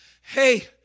hey